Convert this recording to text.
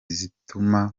zituma